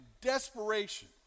desperation